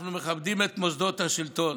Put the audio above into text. אנחנו מכבדים את מוסדות השלטון,